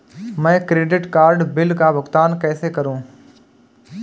मैं credit card bill का भुगतान कैसे करूं?